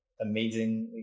amazingly